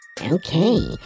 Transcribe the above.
Okay